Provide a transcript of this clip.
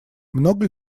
много